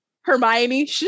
Hermione